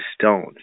stones